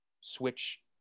switch